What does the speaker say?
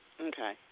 Okay